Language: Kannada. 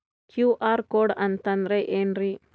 ಕ್ಯೂ.ಆರ್ ಕೋಡ್ ಅಂತಂದ್ರ ಏನ್ರೀ?